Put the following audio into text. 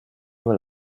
nur